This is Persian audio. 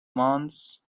مانتس